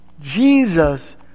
Jesus